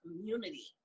community